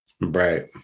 right